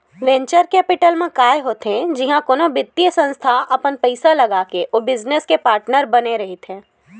venture capital म काय होथे जिहाँ कोनो बित्तीय संस्था अपन पइसा लगाके ओ बिजनेस के पार्टनर बने रहिथे